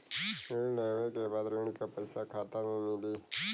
ऋण लेवे के बाद ऋण का पैसा खाता में मिली?